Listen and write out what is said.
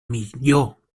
millor